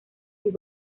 sus